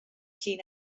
llun